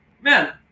Man